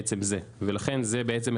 הוא מקבל 50% הנחה מעצם זה, ולכן זה מכסה.